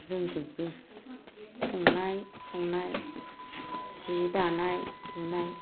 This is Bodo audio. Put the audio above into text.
रोंजोबगौ संनाय खावनाय जि दानाय लुनाय